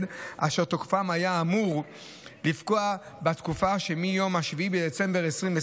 אשר תוקפם היה אמור לפקוע בתקופה שמיום 7 בדצמבר 2023